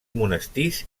monestirs